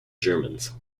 germans